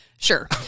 Sure